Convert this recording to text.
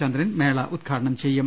ചന്ദ്രൻ മേള ഉദ്ഘാടനം ചെയ്യും